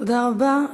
תודה רבה.